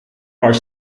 are